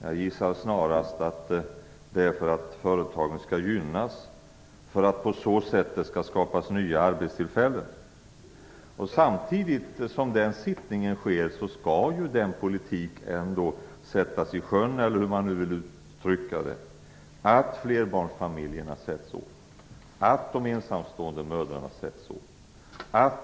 Jag gissar snarast att det sker för att företagen skall gynnas, så att det på så sätt skapas nya arbetstillfällen. Samtidigt som den sittningen sker skall ju den politik sättas i sjön som innebär att flerbarnsfamiljerna och de ensamstående mödrarna sätts åt.